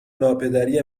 ناپدری